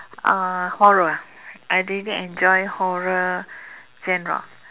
uh horror I really enjoy horror genre